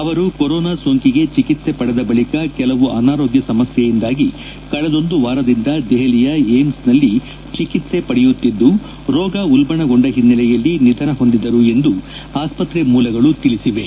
ಅವರು ಕೊರೊನಾ ಸೋಂಕಿಗೆ ಚಿಕಿತ್ಸೆ ಪಡೆದ ಬಳಿಕ ಕೆಲವು ಅನಾರೋಗ್ಯ ಸಮಸ್ವೆಯಿಂದಾಗಿ ಕಳೆದೊಂದು ವಾರದಿಂದ ದೆಹಲಿಯ ಏಮ್ಸ್ ನಲ್ಲಿ ಚಿಕಿತ್ಸೆ ಪಡೆಯುತ್ತಿದ್ದು ರೋಗ ಉಲ್ಲಣಗೊಂಡ ಹಿನ್ನೆಲೆಯಲ್ಲಿ ನಿಧನ ಹೊಂದಿದರು ಎಂದು ಆಸ್ಪತ್ರೆ ಮೂಲಗಳು ತಿಳಿಸಿವೆ